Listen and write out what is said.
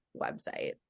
website